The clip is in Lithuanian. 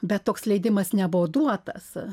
bet toks leidimas nebuvo duotas